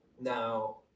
Now